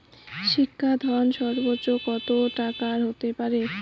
শিক্ষা ঋণ সর্বোচ্চ কত টাকার হতে পারে?